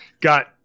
got